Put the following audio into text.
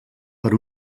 per